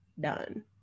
done